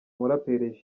umuraperi